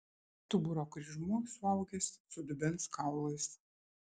stuburo kryžmuo suaugęs su dubens kaulais